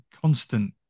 constant